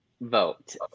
vote